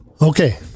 Okay